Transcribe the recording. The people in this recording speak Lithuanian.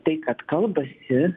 tai kad kalbasi